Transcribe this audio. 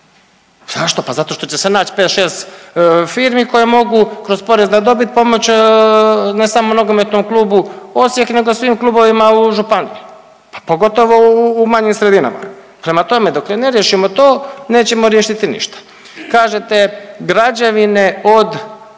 Zašto? Pa zato što će se nać 5, 6 firmi koje mogu kroz porez na dobit pomoći ne samo NK Osijek nego svim klubovima u županiji, pa pogotovo u manjim sredinama. Prema tome, dok ne riješimo to, nećemo riješiti ništa. Kažete građevine od